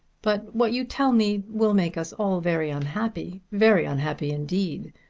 but what you tell me will make us all very unhappy very unhappy indeed.